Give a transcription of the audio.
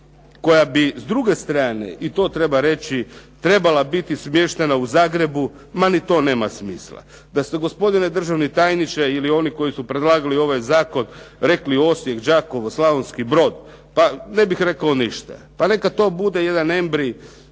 koja bi s druge strane, i to treba reći, trebala biti smještena u Zagrebu, ma ni to nema smisla. Da ste gospodine državni tajniče, ili oni koji su predlagali ovaj zakon, rekli Osijek, Đakovo, Slavonski Brod, pa ne bih rekao ništa. Pa neka to bude jedan embrij